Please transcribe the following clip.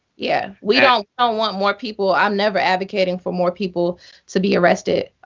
yeah we don't don't want more people i'm never advocating for more people to be arrested.